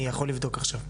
אני יכול לבדוק עכשיו.